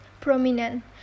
prominent